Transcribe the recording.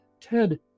Ted